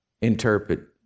interpret